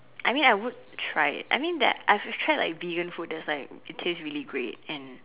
I mean I would try it I mean that I've tried like vegan food and like it taste really great and